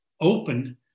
open